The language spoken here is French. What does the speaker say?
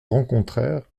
rencontrèrent